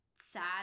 sad